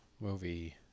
movie